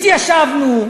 התיישבנו,